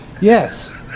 Yes